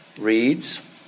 reads